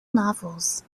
novels